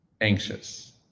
anxious